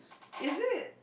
is it